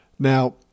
Now